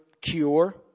cure